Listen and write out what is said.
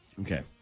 Okay